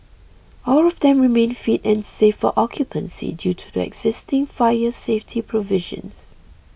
all of them remain fit and safe for occupancy due to their existing fire safety provisions